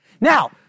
Now